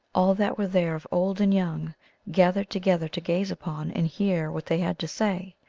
all that were there of old and young gathered together to gaze upon and hear what they had to say.